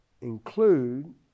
include